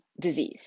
disease